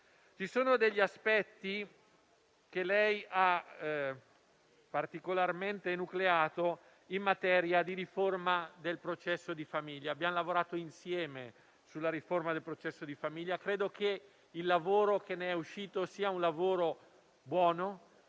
Ci sono degli aspetti, che lei ha particolarmente enucleato, in materia di riforma del processo di famiglia. Abbiamo lavorato insieme sulla riforma del processo di famiglia e credo che il lavoro che ne è uscito sia buono,